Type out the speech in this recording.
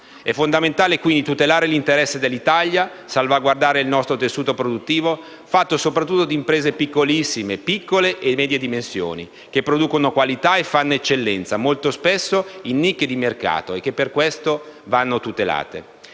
È fondamentale, quindi, tutelare l'interesse dell'Italia, salvaguardare il nostro tessuto produttivo, fatto sopratutto di imprese di piccolissime, piccole e medie dimensioni, che producono qualità e fanno eccellenza, molto spesso in nicchie di mercato e che per questo vanno tutelate.